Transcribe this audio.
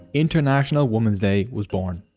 international woman's day was born.